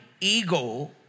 ego